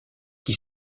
qui